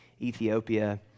Ethiopia